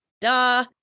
Duh